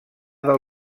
del